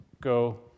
Go